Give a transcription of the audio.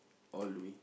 all the way